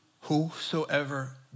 whosoever